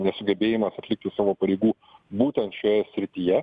nesugebėjimas atlikti savo pareigų būtent šioje srityje